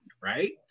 right